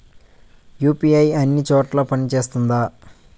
UPI అన్ని చోట్ల పని సేస్తుందా?